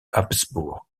habsbourg